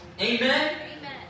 Amen